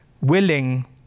willing